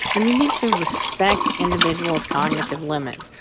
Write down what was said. and we need to respect individuals' cognitive limits.